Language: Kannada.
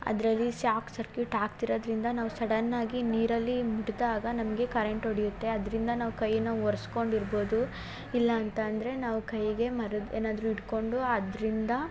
ಅದರಲ್ಲಿ ಶಾಕ್ ಸರ್ಕ್ಯೂಟ್ ಆಗ್ತಿರದರಿಂದ ನಾವು ಸಡನ್ನಾಗಿ ನೀರಲ್ಲಿ ಮುಟ್ದಾಗ ನಮಗೆ ಕರೆಂಟ್ ಒಡಿಯುತ್ತೆ ಅದರಿಂದ ನಾವು ಕೈನ ಒರ್ಸ್ಕೊಂಡು ಇರ್ಬೋದು ಇಲ್ಲಾಂತಂದರೆ ನಾವು ಕೈಗೆ ಮರದ್ದು ಏನಾದರು ಇಟ್ಕೊಂಡು ಅದರಿಂದ